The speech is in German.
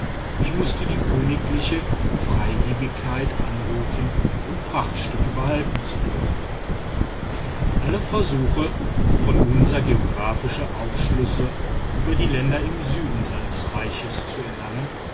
ich mußte die königliche freigebigkeit anrufen um prachtstücke behalten zu dürfen alle versuche von munsa geographische aufschlüsse über die länder im süden seines reichs zu erlangen